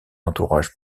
entourage